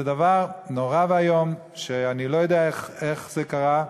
זה דבר נורא ואיום, ואני לא יודע איך זה קרה.